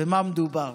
במה מדובר?